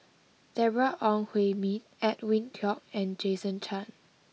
Deborah Ong Hui Min Edwin Koek and Jason Chan